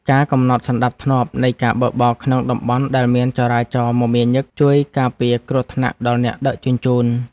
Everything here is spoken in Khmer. ការកំណត់សណ្ដាប់ធ្នាប់នៃការបើកបរក្នុងតំបន់ដែលមានចរាចរណ៍មមាញឹកជួយការពារគ្រោះថ្នាក់ដល់អ្នកដឹកជញ្ជូន។